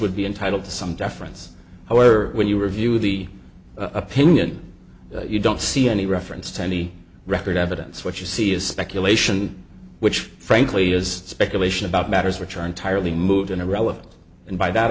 would be entitled to some deference however when you review the opinion you don't see any reference to any record evidence what you see is speculation which frankly is speculation about matters which are entirely moved in a relevant and by that